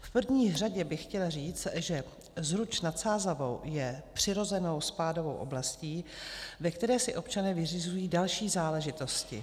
V první řadě bych chtěla říct, že Zruč nad Sázavou je přirozenou spádovou oblastí, ve které si občané vyřizují další záležitosti.